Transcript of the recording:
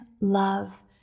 love